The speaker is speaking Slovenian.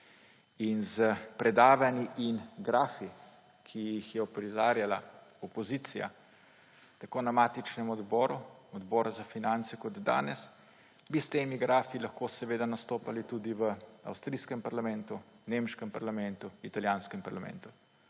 S predavanji in grafi, ki jih je uprizarjala opozicija tako na matičnem odboru, Odboru za finance, kot danes, bi lahko nastopali tudi v avstrijskem parlamentu, nemškem parlamentu, italijanskem parlamentu.